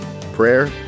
prayer